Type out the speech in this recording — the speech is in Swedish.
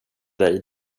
dig